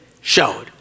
showed